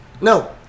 No